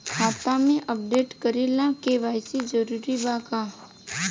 खाता के अपडेट करे ला के.वाइ.सी जरूरी बा का?